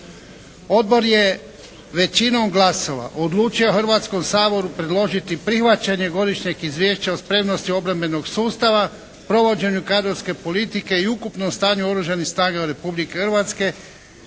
Odbor je većinom glasova odlučio Hrvatskom saboru predložiti prihvaćanje Godišnjeg izvješća o spremnosti obrambenog sustava, provođenju kadrovske politike i ukupnom stanju u Oružanim snagama Republike Hrvatske